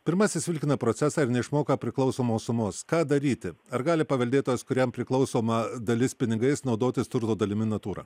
pirmasis vilkina procesą ir neišmoka priklausomos sumos ką daryti ar gali paveldėtojas kuriam priklausoma dalis pinigais naudotis turto dalimi natūra